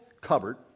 cupboard